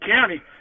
County